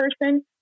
person